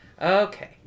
Okay